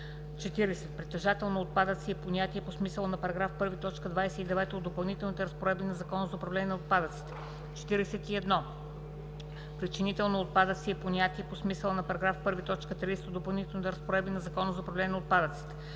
40. „Притежател на отпадъци“ е понятие по смисъла на § 1, т. 29 от Допълнителните разпоредби на Закона за управление на отпадъците. 41. „Причинител на отпадъци“ е понятие по смисъла на § 1, т. 30 от Допълнителните разпоредби на Закона за управление на отпадъците.